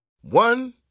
One